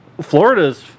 florida's